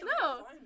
No